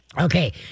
Okay